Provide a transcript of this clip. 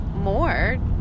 More